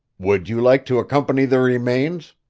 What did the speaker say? would you like to accompany the remains?